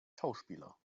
schauspieler